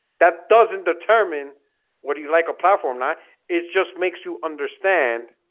that doesn't determine what do you like a platform that it just makes you understand?